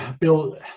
bill